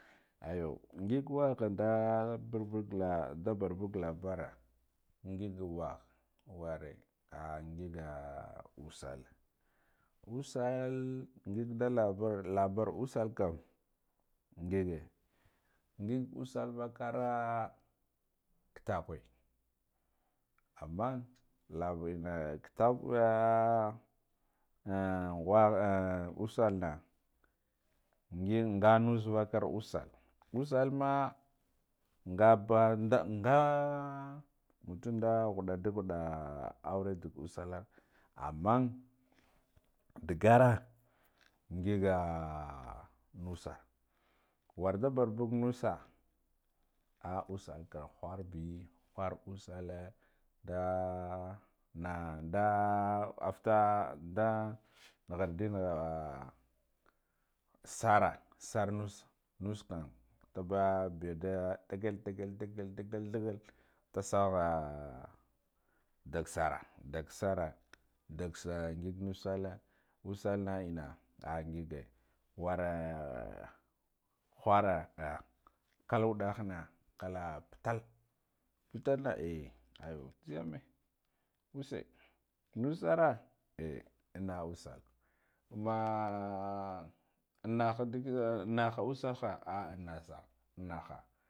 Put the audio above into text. Ayo ngig waghada burburgla da barbug labara ngig wagha ware ahh ngiga wasale usal ngigda labar labar usal kam ngige ngigu sal vakara ktarkwa amman lav ina ki takwa ahhn ahhn wagh usalna ngin nga nus vakar usal usalma ngabada nda nga mutu ghuɗa da ghuɗa aure da usallar amman ndigara ngiga nusa warda barbug nusa a usalkam wharbi whar usale da nada after da nighardi nigha sare sar nus, nus na tibba biya biya da digal, digal, digal thgal diga dasagha diksare daksare daksani ga nusale nusalna ina ah nige ware whara ah kal udahna kal putal putalna ehh ayo zhiyeme wuse nusara ehh inaasal maa anagha dd naha usalha a innasa innana